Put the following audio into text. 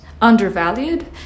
Undervalued